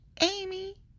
Amy